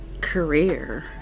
career